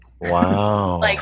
Wow